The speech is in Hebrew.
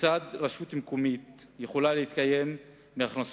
כיצד יכולה רשות מקומית להתקיים מהכנסות